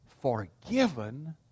forgiven